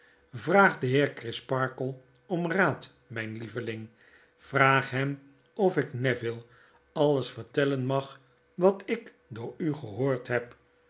vraag den heer crisparkle om raad myn lieveling vraag hem of ik neville alles vertellen mag wat ik door u gehoord heb